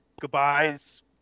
goodbyes